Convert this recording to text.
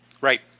Right